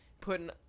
Putting